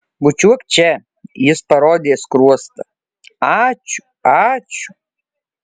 bučiuok čia jis parodė skruostą ačiū ačiū